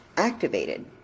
Activated